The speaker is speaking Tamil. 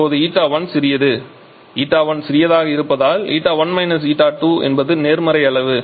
இப்போது η1சிறியது η1 சிறியதாக இருப்பதால் η1 η2 என்பது எதிர்மறை அளவு